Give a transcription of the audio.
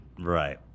right